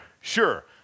Sure